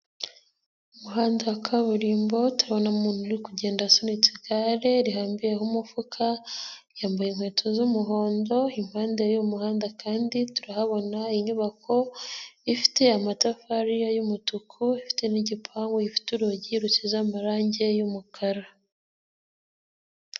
Umuhanda wa kaburimbo tubona umuntu uri kugenda asunitse igare, rihambiriyeho umufuka, yambaye inkweto z'umuhondo, impande yumuhanda kandi turahabona inyubako ifite amatafari y'umutuku, ifite n'igipanpu gifite urugi rusize amarangi y'umukara.